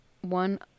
one